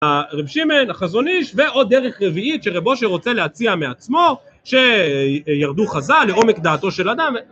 הר' שמעון, החזון איש, ועוד דרך רביעית שר' אושר שרוצה להציע מעצמו, שירדו חז"ל לעומק דעתו של אדם